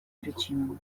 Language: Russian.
причинам